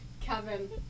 Kevin